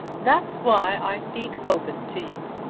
that's why i speak open to you.